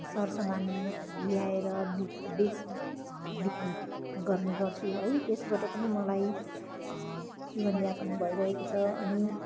सरसामान ल्याएर बिक बेच बिक्री गर्ने गर्छु है त्यसबाट पनि मलाई जीवनयापन भइरहेको छ अनि